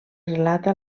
relata